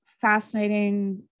fascinating